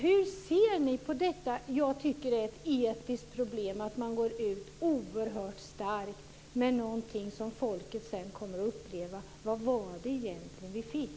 Hur ser ni på detta? Jag tycker att det är ett etiskt problem att man går ut oerhört starkt med någonting som folk sedan kommer att uppleva som: Vad var det egentligen vi fick?